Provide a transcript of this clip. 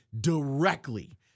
directly